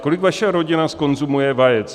Kolik vaše rodina zkonzumuje vajec?